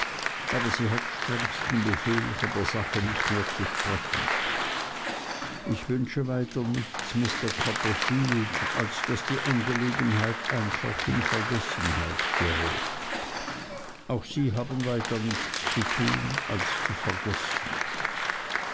aber sie hat strengsten befehl von der sache nicht mehr zu sprechen ich wünsche weiter nichts mr copperfield als daß die angelegenheit einfach in vergessenheit gerät auch sie haben weiter nichts zu tun als zu vergessen